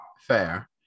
fair